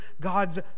God's